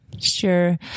Sure